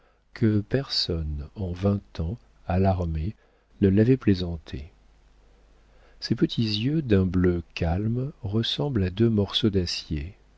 que personne en vingt ans à l'armée ne l'avait plaisanté ses petits yeux d'un bleu calme ressemblent à deux morceaux d'acier